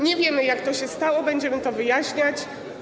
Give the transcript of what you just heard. Nie wiemy, jak to się stało, będziemy to wyjaśniać.